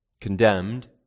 condemned